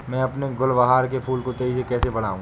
मैं अपने गुलवहार के फूल को तेजी से कैसे बढाऊं?